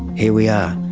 here we are,